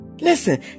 Listen